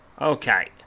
Okay